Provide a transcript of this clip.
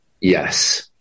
Yes